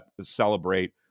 celebrate